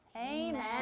Amen